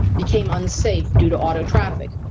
became unsafe due to auto traffic.